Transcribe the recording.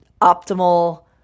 optimal